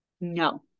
no